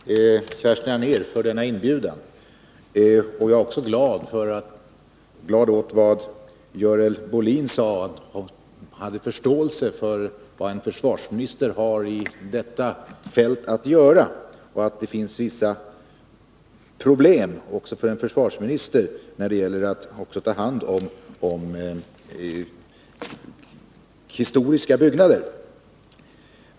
" Herr talman! Jag tackar Kerstin Anér för denna inbjudan. Jag är också glad åt att Görel Bohlin sade att hon har förståelse för vad en försvarsminister har att göra på detta område och att det finns vissa problem också för en försvarsminister även när det gäller att ta hand om historiska byggnader.